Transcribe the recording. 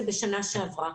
מחוז צפון זה בשנה שעברה.